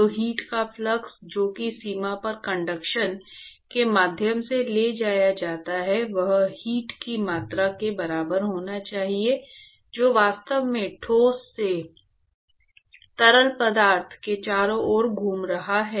तो हीट का फ्लक्स जो कि सीमा पर कंडक्शन के माध्यम से ले जाया जाता है यह हीट की मात्रा के बराबर होना चाहिए जो वास्तव में ठोस से तरल पदार्थ के चारों ओर घूम रहा है